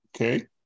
Okay